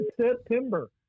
September